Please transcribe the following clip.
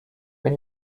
when